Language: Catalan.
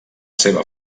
seva